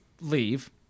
leave